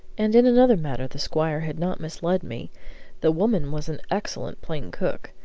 and in another matter the squire had not misled me the woman was an excellent plain cook.